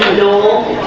know